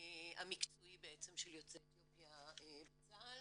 המקצועי של יוצאי אתיופיה בצה"ל.